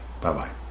Bye-bye